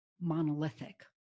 monolithic